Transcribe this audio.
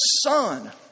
son